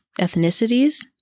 ethnicities